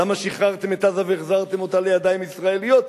למה שחררתם את עזה והחזרתם אותה לידיים ישראליות?